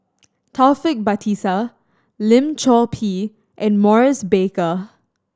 Taufik Batisah Lim Chor Pee and Maurice Baker